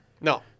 No